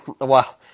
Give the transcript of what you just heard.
Wow